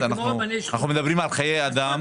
אנחנו מדברים על חיי אדם.